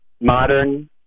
modern